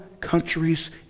countries